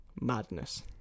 madness